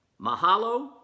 Mahalo